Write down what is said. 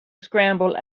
scramble